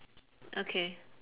okay